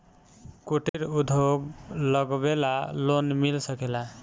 कुटिर उद्योग लगवेला लोन मिल सकेला?